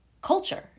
Culture